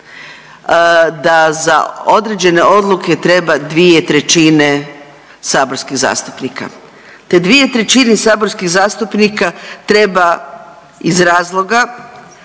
da za određene odluke treba dvije trećine saborskih zastupnika. Te dvije trećine saborskih zastupnika treba iz razloga